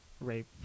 rape